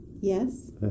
yes